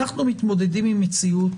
אנחנו מתמודדים עם מציאות